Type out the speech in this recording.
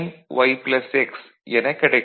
y x எனக் கிடைக்கும்